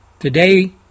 Today